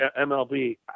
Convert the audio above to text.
MLB